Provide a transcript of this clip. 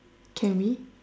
can we